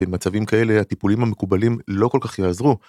במצבים כאלה הטיפולים המקובלים לא כל כך יעזרו.